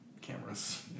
cameras